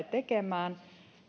tekemään